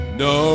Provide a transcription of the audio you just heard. no